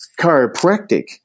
chiropractic